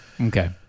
okay